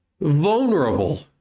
vulnerable